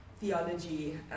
theology